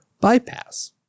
bypass